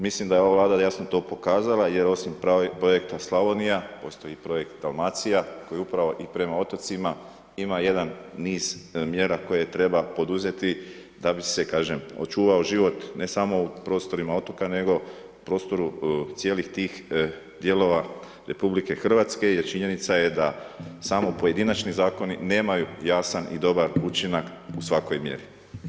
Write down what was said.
Mislim da je ova Vlada jasno to pokazala jer osim projekta Slavonija, postoji i projekt Dalmacija koji upravo i prema otocima ima jedan niz mjera koje treba poduzeti da bi se, kažem, očuvao život, ne samo u prostorima otoka, nego u prostoru cijelih tih dijelova Republike Hrvatske jer činjenica je da samo pojedinačni zakoni nemaju jasan i dobar učinak u svakoj mjeri.